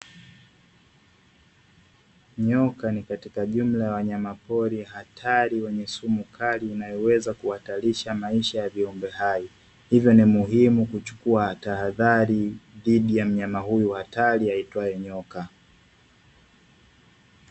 Nyoka ni katika jumla ya wanyama pori hatari wenye sumu kali inayoweza kuhatarisha maisha ya viumbe hai, hivyo ni muhimu kuchukua tahadhari dhidi ya mnyama huyu hatari aitwaye nyoka.